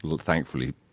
thankfully